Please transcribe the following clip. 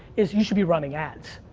is you should be running ads.